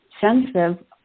sensitive